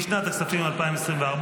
לשנת הכספים 2024,